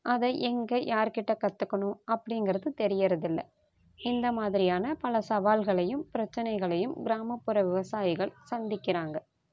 அதை எங்கே யார்கிட்ட கற்றுக்கணும் அப்படிங்குறது தெரியிறது இல்லை இந்தமாதிரியான பல சவால்களையும் பிரச்சினைகளையும் கிராமப்புற விவசாயிகள் சந்திக்கின்றாங்க